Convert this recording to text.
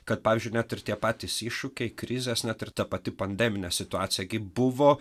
kad pavyzdžiui net ir tie patys iššūkiai krizės net ir ta pati pandeminė situacija buvo